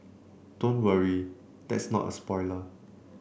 don't worry that's not a spoiler